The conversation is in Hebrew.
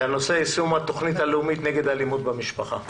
על סדר היום יישום התוכנית הלאומית נגד אלימות במשפחה.